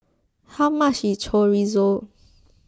how much is Chorizo